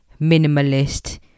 minimalist